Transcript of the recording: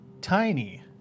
tiny